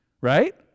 right